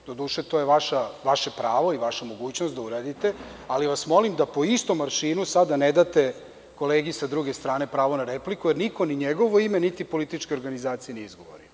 Doduše, to je vaše pravo i vaša mogućnost da uradite, ali vas molim da po istom aršinu sada ne date kolegi sa druge strane pravo na repliku, jer niko ni njegovo ime niti političke organizacije nije izgovorio.